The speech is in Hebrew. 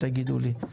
תגידו לי.